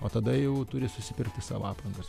o tada jau turi susipirkti savo aprangas